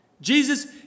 Jesus